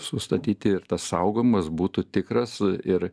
sustatyti ir tas saugojimas būtų tikras ir